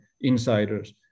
insiders